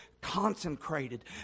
consecrated